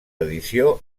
edició